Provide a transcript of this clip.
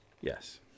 Yes